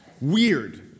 Weird